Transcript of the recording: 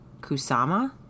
Kusama